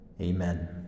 Amen